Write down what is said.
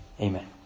Amen